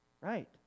Right